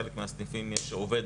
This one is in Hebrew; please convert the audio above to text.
בחלק מהסניפים יש עובד,